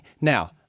Now